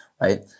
right